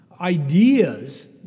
ideas